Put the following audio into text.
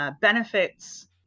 benefits